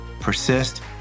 persist